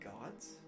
gods